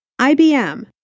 IBM